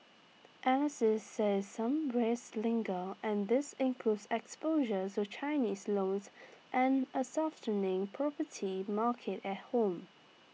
analysts say some risks linger and these includes exposure to Chinese loans and A softening property market at home